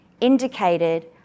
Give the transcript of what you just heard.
indicated